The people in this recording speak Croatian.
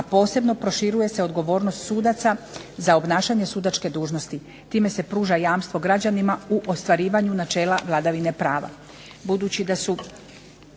a posebno se proširuje odgovornost sudaca za obnašanje sudačke dužnosti. Time se pruža jamstvo građanima u ostvarivanju načela vladavine prava.